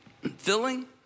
Filling